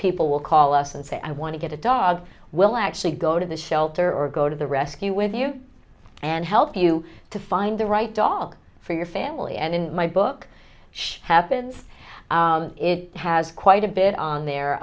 people will call us and say i want to get a dog will actually go to the shelter or go to the rescue with you and help you to find the right dog for your family and in my book she happens it has quite a bit on there